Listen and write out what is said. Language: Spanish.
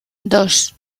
dos